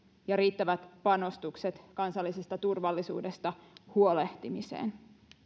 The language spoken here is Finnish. ja riittävät panostukset kansallisesta turvallisuudesta huolehtimiseen